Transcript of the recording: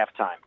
halftime